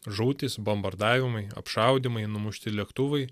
žūtys bombardavimai apšaudymai numušti lėktuvai